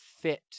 fit